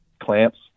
clamps